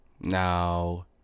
now